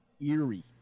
eerie